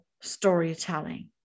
storytelling